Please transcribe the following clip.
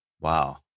Wow